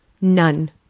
None